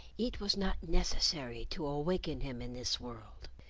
it was not necessary to awaken him in this world.